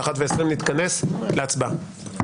ב-13:20 נתכנס להצבעה.